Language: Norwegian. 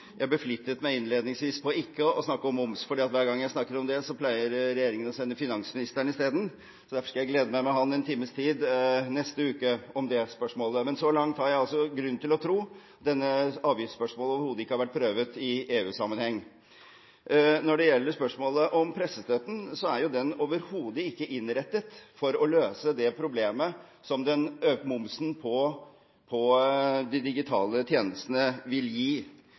meg innledningsvis på ikke å snakke om moms, fordi hver gang jeg snakker om det, pleier regjeringen å sende finansministeren isteden – derfor skal jeg glede meg med ham en times tid neste uke om det spørsmålet. Men så langt har jeg grunn til å tro at dette avgiftsspørsmålet overhodet ikke har vært prøvd i EU-sammenheng. Når det gjelder spørsmålet om pressestøtten, er den overhodet ikke innrettet for å løse problemet som momsen på de digitale tjenestene vil gi.